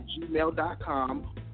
gmail.com